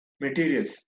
materials